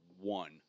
one